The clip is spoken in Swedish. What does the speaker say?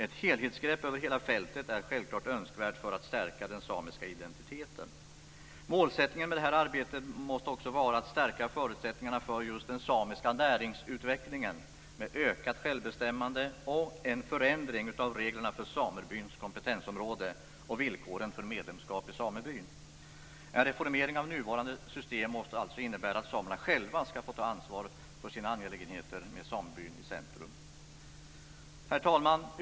Ett helhetsgrepp över hela fältet är självklart önskvärt för att stärka den samiska identiteten. Målsättningen med detta arbete måste vara att stärka förutsättningarna för den samiska näringsutvecklingen med ett ökat självbestämmande och en förändring av reglerna för samebyns kompetensområde och villkoren för medlemskap i sameby. En reformering av nuvarande system måste innebära att samerna själva skall få ta ansvaret för sina angelägenheter med samebyn i centrum. Herr talman!